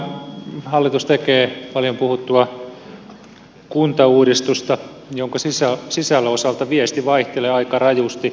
samaan aikaan hallitus tekee paljon puhuttua kuntauudistusta jonka sisällön osalta viesti vaihtelee aika rajusti